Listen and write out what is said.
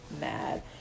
mad